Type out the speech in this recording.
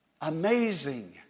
Amazing